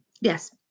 Yes